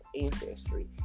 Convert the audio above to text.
ancestry